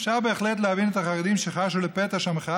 אפשר בהחלט להבין את החרדים שחשו לפתע שהמחאה